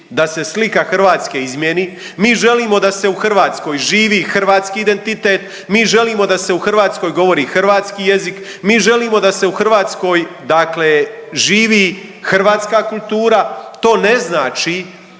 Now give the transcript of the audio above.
da se slika Hrvatske izmijeni, mi želimo da se u hrvatskoj živi hrvatski identitet, mi želimo da se u Hrvatskoj govori hrvatski jezik, mi želimo da se u Hrvatskoj dakle živi hrvatska kultura, to ne znači